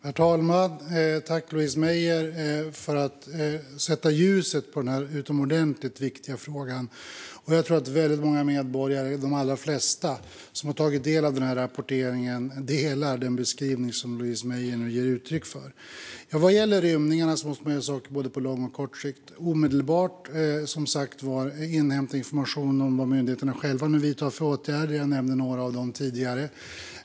Herr talman! Jag tackar Louise Meijer för att hon sätter ljuset på denna utomordentligt viktiga fråga. Jag tror att väldigt många medborgare - de allra flesta - som har tagit del av denna rapportering håller med om den beskrivning som Louise Meijer nu gav uttryck för. Vad gäller rymningarna måste man göra saker både på lång och på kort sikt. Det gäller att omedelbart inhämta information om vilka åtgärder myndigheterna själva nu vidtar - jag nämnde några av dem tidigare.